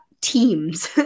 teams